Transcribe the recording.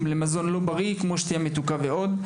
למזון לא בריא כמו שתייה מתוקה ועוד.